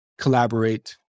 collaborate